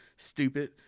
Stupid